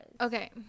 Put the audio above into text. okay